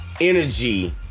energy